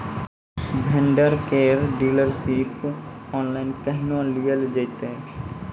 Vendor केर dealership online केहनो लियल जेतै?